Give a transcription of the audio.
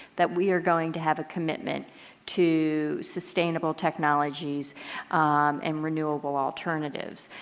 that we are going to have a commitment to sustainable technologies and renewable alternatives.